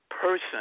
person